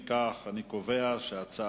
אם כך, אני קובע שההצעות